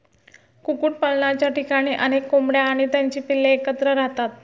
कुक्कुटपालनाच्या ठिकाणी अनेक कोंबड्या आणि त्यांची पिल्ले एकत्र राहतात